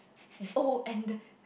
yes oh and the